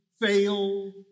fail